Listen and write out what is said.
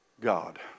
God